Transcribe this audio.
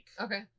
Okay